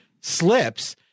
slips